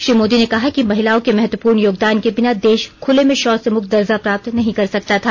श्री मोदी ने कहा कि महिलाओं के महत्वपूर्ण योगदान के बिना देश खुले में शौच से मुक्त दर्जा प्राप्त नहीं कर सकता था